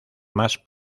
más